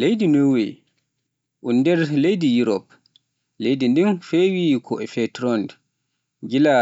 Leydi Nowe, un lardi yurop. Leydi ndii fawii ko e petroŋ gila